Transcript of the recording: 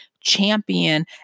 champion